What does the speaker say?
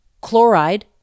chloride